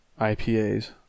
IPAs